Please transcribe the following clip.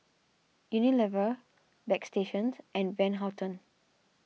Unilever Bagstationz and Van Houten